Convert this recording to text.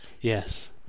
Yes